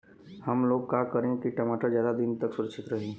हमलोग का करी की टमाटर ज्यादा दिन तक सुरक्षित रही?